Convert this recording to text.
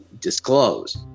disclose